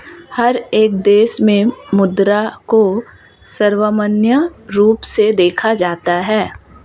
हर एक देश में मुद्रा को सर्वमान्य रूप से देखा जाता है